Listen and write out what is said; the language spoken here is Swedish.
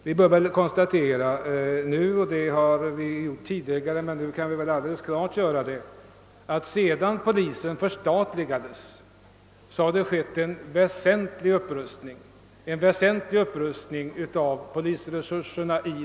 Vi bör väl nu kunna konstatera alldeles bestämt vad vi också tidigare har observerat, att det sedan polisen förstatligades har skett en väsentlig upprustning av polisresurserna.